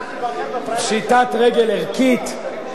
פשיטת רגל ערכית,